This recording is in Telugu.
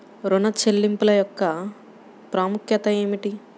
ఋణ చెల్లింపుల యొక్క ప్రాముఖ్యత ఏమిటీ?